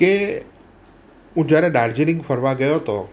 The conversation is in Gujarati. કે હું જ્યારે દાર્જિલિંગ ફરવા ગયો તો